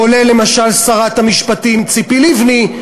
כולל למשל שרת המשפטים ציפי לבני,